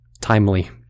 timely